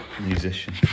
musician